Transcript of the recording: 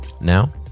Now